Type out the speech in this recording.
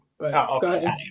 Okay